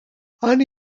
han